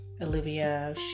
Olivia